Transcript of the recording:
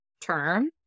term